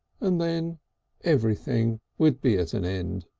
and then everything would be at an end.